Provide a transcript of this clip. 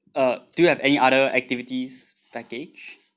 uh do you have any other activities package